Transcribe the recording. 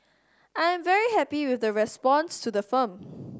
I'm very happy with the response to the film